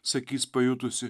sakys pajutusi